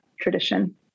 tradition